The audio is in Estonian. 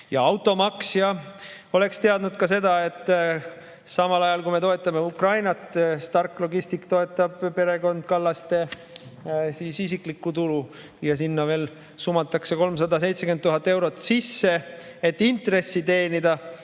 ja automaks, oleksid teadnud ka seda, et samal ajal, kui me toetame Ukrainat, Stark Logistics toetab perekond Kallase isiklikku tulu ja sinna veel sumatakse 370 000 eurot sisse, et intressi teenida.